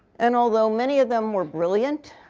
and although many of them were brilliant,